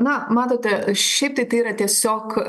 na matote šiaip tai tai yra tiesiog